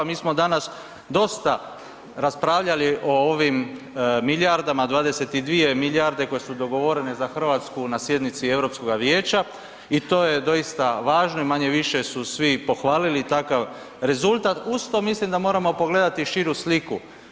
Mi smo danas dosta raspravljali o ovim milijardama, 22 milijarde koje su dogovorene za RH na sjednici Europskoga vijeća i to je doista važno i manje-više su svi pohvalili takav rezultat, uz to mislim da moramo pogledati širu sliku.